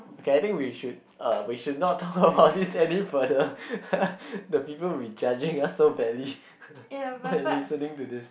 k I think we should uh we should not talk about this any further the people will be judging us so badly when listening to this